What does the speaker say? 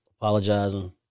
Apologizing